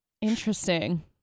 interesting